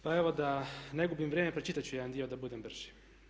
Pa evo da ne gubim vrijeme pročitati ću jedan dio da budem brži.